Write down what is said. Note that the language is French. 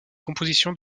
compositions